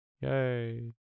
Yay